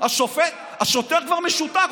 השוטר כבר משותק,